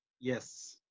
Yes